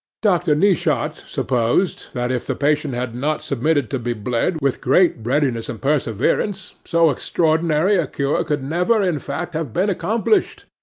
dr. neeshawts supposed, that if the patient had not submitted to be bled with great readiness and perseverance, so extraordinary a cure could never, in fact, have been accomplished.